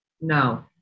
no